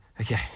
okay